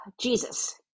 Jesus